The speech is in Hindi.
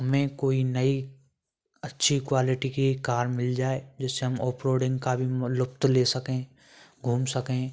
हमें कोई नई अच्छी क्वालिटी की कार मिल जाए जिससे हम ऑफ रोडिंग का भी लुफ्त ले सकें घूम सकें